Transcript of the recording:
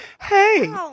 hey